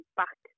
back